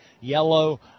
yellow